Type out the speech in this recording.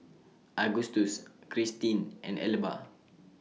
Agustus Krystin and Elba